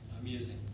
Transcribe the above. Amusing